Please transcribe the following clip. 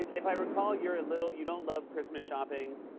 if i recall, you're a little you don't love christmas shopping.